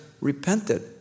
repented